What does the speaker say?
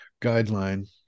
guideline